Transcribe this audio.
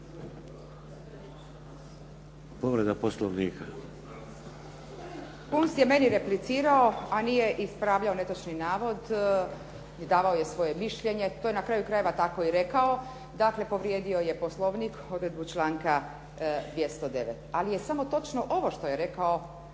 Ingrid (SDP)** Kunst je meni replicirao, a nije ispravljao netočni navod i davao je svoje mišljenje, to je na kraju krajeva tako i rekao, dakle povrijedio je Poslovnik, odredbu članka 209. Ali je samo točno ovo što je rekao